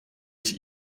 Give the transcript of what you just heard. ich